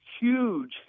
Huge